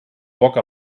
boca